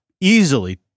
easily